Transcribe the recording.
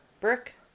Brick